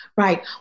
Right